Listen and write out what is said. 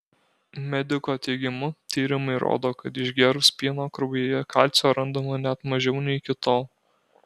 mediko teigimu tyrimai rodo kad išgėrus pieno kraujyje kalcio randama net mažiau nei iki tol